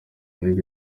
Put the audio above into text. nigeze